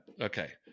Okay